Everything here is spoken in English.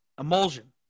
emulsion